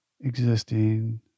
existing